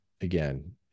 again